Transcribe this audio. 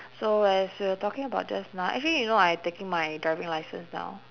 so as we're talking about just now actually you know I taking my driving licence now